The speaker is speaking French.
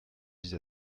vise